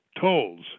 tolls